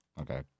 Okay